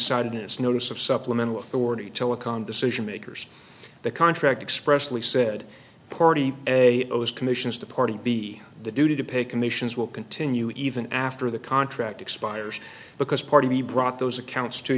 sidedness notice of supplemental authority telecom decision makers the contract expressly said party a commissions to party b the duty to pay commissions will continue even after the contract expires because party brought those accounts to